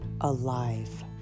alive